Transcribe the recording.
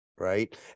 Right